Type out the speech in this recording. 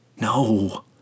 No